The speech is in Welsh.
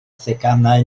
theganau